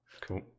Cool